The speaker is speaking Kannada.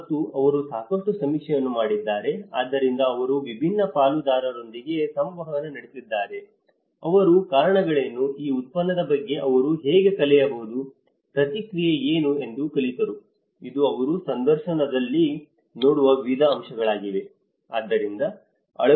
ಮತ್ತು ಅವರು ಸಾಕಷ್ಟು ಸಮೀಕ್ಷೆಯನ್ನು ಮಾಡಿದ್ದಾರೆ ಆದ್ದರಿಂದ ಅವರು ವಿವಿಧ ಪಾಲುದಾರರೊಂದಿಗೆ ಸಂವಹನ ನಡೆಸಿದ್ದಾರೆ ಅವರು ಕಾರಣಗಳೇನು ಈ ಉತ್ಪನ್ನದ ಬಗ್ಗೆ ಅವರು ಹೇಗೆ ಕಲಿಯಬಹುದು ಪ್ರತಿಕ್ರಿಯೆ ಏನು ಎಂದು ಕಲಿತರು ಇದು ಅವರು ಸಂದರ್ಶನದಲ್ಲಿ ನೋಡುವ ವಿವಿಧ ಅಂಶಗಳಾಗಿವೆ